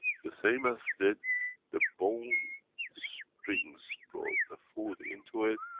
the same as did the bone strings, brought the food into it,